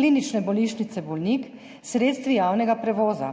klinične bolnišnice Golnik s sredstvi javnega prevoza?